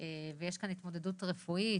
ויש כאן התמודדות רפואית,